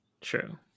true